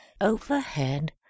Overhead